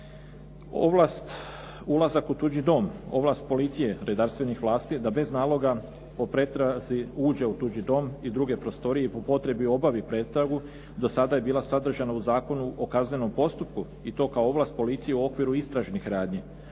Ovlast ulazak u tuđi dom, ovlast policije redarstvenih vlasti je da bez naloga o pretrazi uđe u tuđi dom i druge prostorije i po potrebi obavi pretragu do sada je bila sadržana u Zakonu o kaznenom postupku i to kao ovlast policije u okviru istražnih radnji.